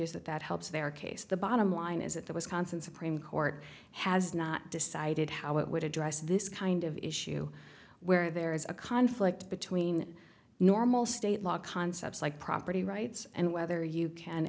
that that helps their case the bottom line is that the wisconsin supreme court has not decided how it would address this kind of issue where there is a conflict between normal state law concepts like property rights and whether you can